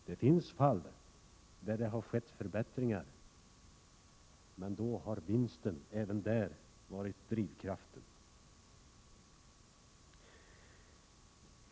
Det finns fall där det har skett förbättringar, men då har vinsten även där varit drivkraften.